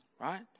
right